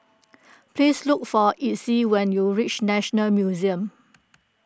please look for Exie when you reach National Museum